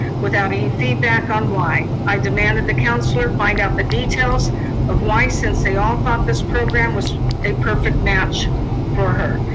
without any feedback on why. i demanded the counselor find out the details of why, since they all thought this program was a perfect match for her.